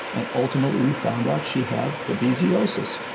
and ultimately we found out she had but babesiosis,